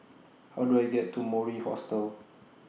How Do I get to Mori Hostel